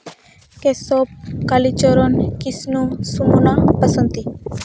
Keshab Kalicharan Krishna Sumana Basanti